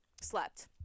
slept